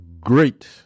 great